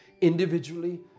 individually